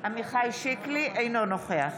אינו נוכח